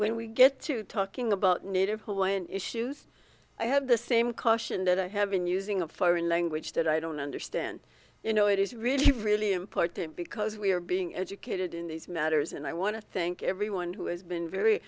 when we get to talking about native hawaiian issues i have the same caution that i have been using a foreign language that i don't understand you know it is really really important because we are being educated in these matters and i want to thank everyone who has been very